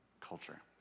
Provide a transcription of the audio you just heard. culture